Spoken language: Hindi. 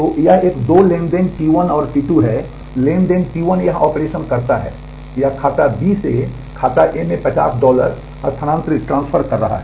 तो यह एक दो ट्रांज़ैक्शन T1 T2 है ट्रांज़ैक्शन T1 यह ऑपरेशन करता है यह खाता B से खाता A में 50 डॉलर स्थानांतरित करता है